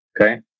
Okay